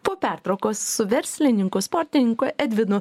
po pertraukos su verslininku sportininku edvinu